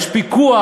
יש פיקוח,